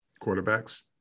quarterbacks